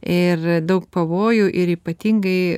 ir daug pavojų ir ypatingai